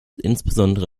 insbesondere